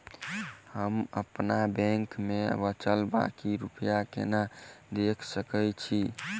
हम अप्पन बैंक मे बचल बाकी रुपया केना देख सकय छी?